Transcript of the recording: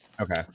Okay